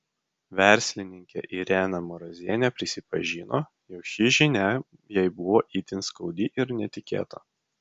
verslininkė irena marozienė prisipažino jog ši žinia jai buvo itin skaudi ir netikėta